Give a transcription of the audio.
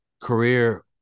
career